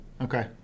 okay